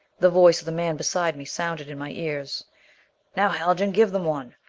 the voice of the man beside me sounded in my ears now, haljan, give them one!